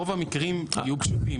רוב המקרים יהיו פשוטים.